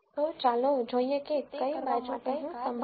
તો ચાલો જોઈએ કે કઈ બાજુ કઈ કાર દર્શાવે છે